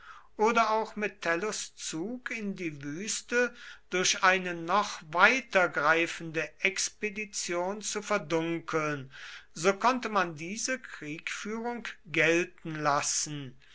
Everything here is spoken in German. oder auch metellus zug in die wüste durch eine noch weiter greifende expedition zu verdunkeln so konnte man diese kriegführung gelten lassen